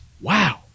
wow